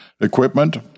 equipment